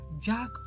Jack